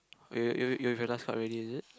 okay you you have your last card already is it